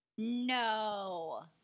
No